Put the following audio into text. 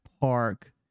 Park